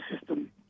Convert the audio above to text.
system